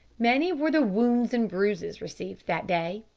many were the wounds and bruises received that day,